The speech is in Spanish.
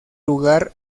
lugar